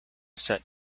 set